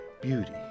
beauty